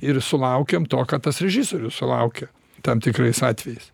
ir sulaukiam to ką tas režisierius sulaukia tam tikrais atvejais